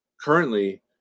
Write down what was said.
currently